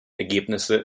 ergebnisse